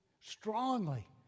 strongly